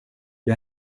jag